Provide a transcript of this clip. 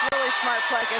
smart play.